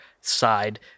side